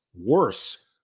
worse